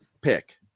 pick